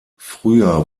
früher